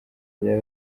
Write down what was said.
rya